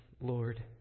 Lord